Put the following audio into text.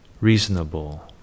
reasonable